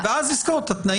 ואז לסקור את התנאים.